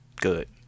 good